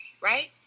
right